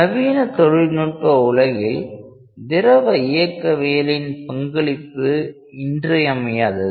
நவீன தொழில்நுட்ப உலகில் திரவ இயக்கவியலின் பங்களிப்பு இன்றியமையாதது